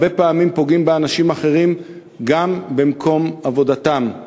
והרבה פעמים פוגעים באנשים אחרים גם במקום עבודתם.